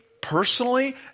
personally